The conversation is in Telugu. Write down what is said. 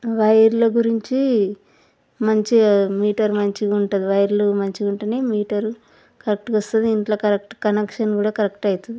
వైర్ల గురించి మంచిగ మీటర్ మంచిగ ఉంటుంది వైర్లు మంచిగ ఉంటే మీటరు కరెక్ట్గా వస్తుంది ఇంట్లో కరెక్ట్ కనెక్షన్ కూడా కరెక్ట్ అవుతుంది